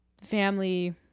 family